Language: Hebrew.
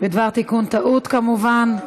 בדבר תיקון טעות כמובן.